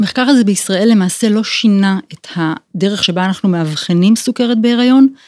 המחקר הזה בישראל למעשה לא שינה את הדרך שבה אנחנו מאבחנים סוכרת בהיריון.